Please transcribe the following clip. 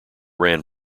ran